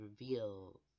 reveal